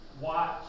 Watch